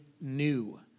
new